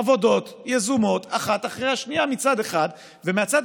עבודות יזומות אחת אחרי השנייה מצד אחד, ומצד